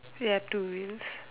you have to use